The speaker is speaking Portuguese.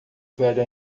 velho